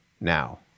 now